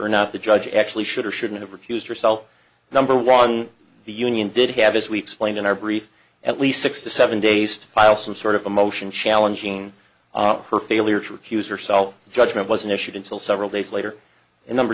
or not the judge actually should or shouldn't have recused herself number one the union did have as we explained in our brief at least six to seven days to file some sort of a motion challenging her failure to recuse herself judgement was an issued until several days later and number